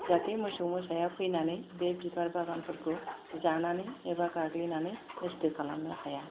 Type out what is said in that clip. जाहाथे मोसौ मोसाया फैनानै बे बिबार बागानफोरखौ जानानै एबा गाग्लिनानै नस्थ' खालामनो हाया